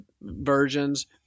versions